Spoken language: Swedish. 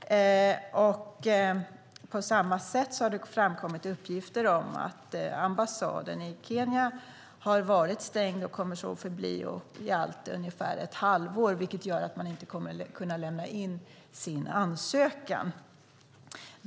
På samma sätt har det framkommit uppgifter om att ambassaden i Kenya har varit stängd och kommer att så förbli i ungefär ett halvår, vilket gör att man inte kommer att kunna lämna in sin ansökan.